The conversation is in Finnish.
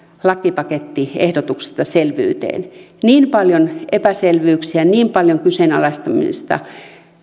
lakipakettiehdotuksesta selvyyteen niin paljon epäselvyyksiä niin paljon kyseenalaistamista